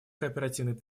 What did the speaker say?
кооперативных